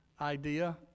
idea